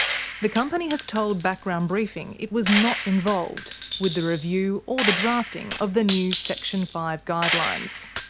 the company has told background briefing it was not involved with the review or the drafting of the new section five guidelines.